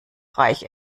reich